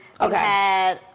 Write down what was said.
okay